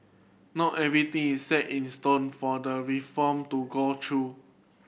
not everything is set in stone for the reform to go through